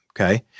Okay